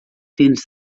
dins